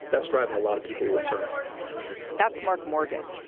that's driving a lot of people to return that's mark morgan,